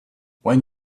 when